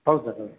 ହଉ ସାର୍ ରହିଲି